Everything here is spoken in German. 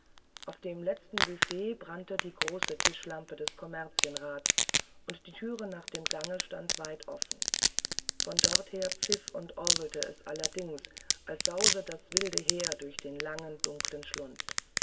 auf dem letzten büffett brannte die große tischlampe des kommerzienrates und die thüre nach dem gange stand weit offen von dort her pfiff und orgelte es allerdings als sause das wilde heer durch den langen dunklen schlund